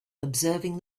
observing